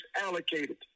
allocated